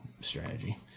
strategy